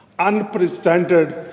Unprecedented